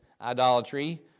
idolatry